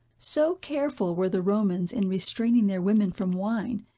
so careful were the romans in restraining their women from wine,